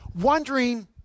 wondering